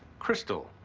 crystal,